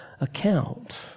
account